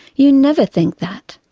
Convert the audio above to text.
you never think that.